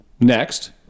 Next